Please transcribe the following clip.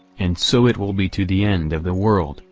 and so it will be to the end of the world,